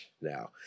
now